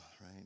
right